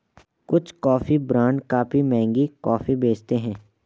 कुछ coffee brand काफी महंगी कॉफी बेचते हैं